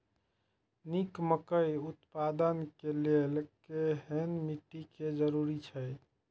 निक मकई उत्पादन के लेल केहेन मिट्टी के जरूरी छे?